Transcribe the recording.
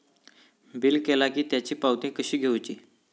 Bill केला की त्याची पावती कशी घेऊची?